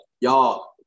Y'all